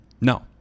no